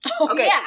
Okay